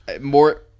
more